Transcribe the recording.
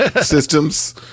systems